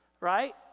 right